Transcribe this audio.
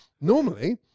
Normally